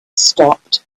stopped